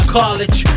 college